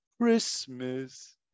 Christmas